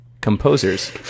composers